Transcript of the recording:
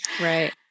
Right